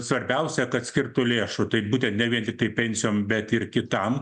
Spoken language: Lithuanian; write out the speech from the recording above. svarbiausia kad skirtų lėšų tai būtent ne vien tiktai pensijom bet ir kitam